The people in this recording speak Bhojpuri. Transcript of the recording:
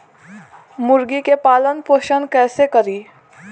मुर्गी के पालन पोषण कैसे करी?